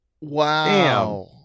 Wow